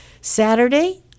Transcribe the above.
Saturday